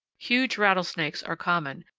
huge rattlesnakes are common,